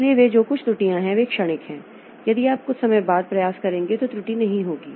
इसलिए वे जो कुछ त्रुटियां हैं वे क्षणिक हैं यदि आप कुछ समय बाद प्रयास करेंगे तो त्रुटि नहीं होगी